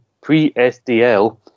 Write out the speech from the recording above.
pre-SDL